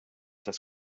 das